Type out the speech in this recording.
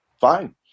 fine